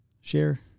share